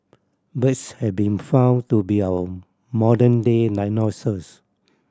birds have been found to be our modern day dinosaurs